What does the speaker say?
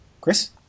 Chris